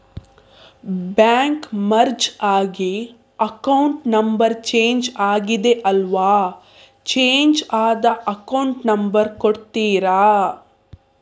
Bank merge ಆಗಿ account number change ಆಗಿದೆ ಅಲ್ವಾ, ಚೇಂಜ್ ಆದ ಅಕೌಂಟ್ ನಂಬರ್ ಕೊಡ್ತೀರಾ?